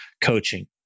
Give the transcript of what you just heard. coaching